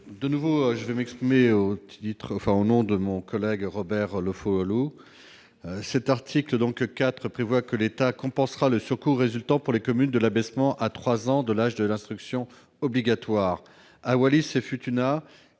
de nouveau au nom de mon collègue Robert Laufoaulu. Cet article prévoit que l'État compensera le surcoût résultant pour les communes de l'abaissement à 3 ans de l'âge de l'instruction obligatoire. À Wallis-et-Futuna,